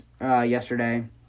yesterday